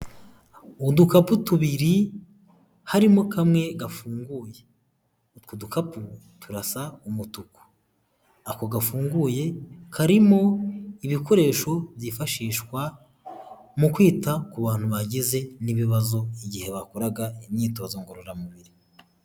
Udukapu tubiri harimo kamwe gafunguye utwo dukapu turasa umutuku, ako gafunguye karimo ibikoresho byifashishwa mu kwita ku bantu bagize n'ibibazo igihe bakoraga imyitozo ngororamubiri.